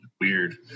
weird